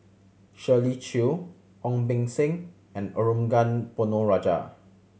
Shirley Chew Ong Beng Seng and Arumugam Ponnu Rajah